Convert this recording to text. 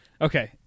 Okay